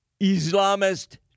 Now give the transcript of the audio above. Islamist